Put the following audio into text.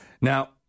Now